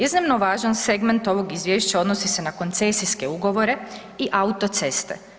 Iznimno važan segment ovog izvješća odnosi se na koncesijske ugovore i autoceste.